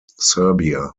serbia